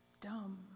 dumb